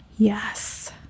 Yes